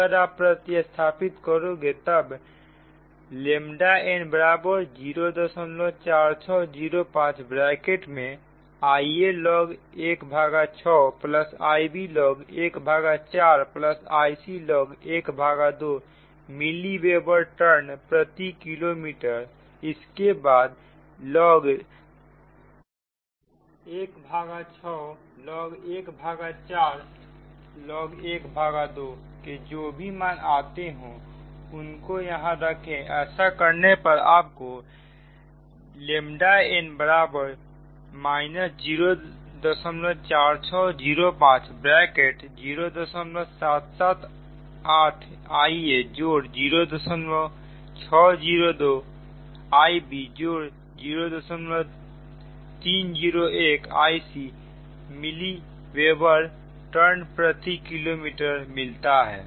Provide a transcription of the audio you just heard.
अगर आप प्रति स्थापित करोगे तब n बराबर 04605 ब्रैकेट में Ialog ⅙ Iblog ¼ Iclog ½ milliweber turn प्रति किलोमीटर इसके बाद log ⅙ log ¼ log ½ के जो भी मान आते हो उनको यहां रखें ऐसा करने पर आपको n बराबर 04605 ब्रैकेट 0778 Ia जोड़ 0 602 Ibजोड़ 0301 Icमिली वेबर टर्न प्रति किलोमीटर मिलता है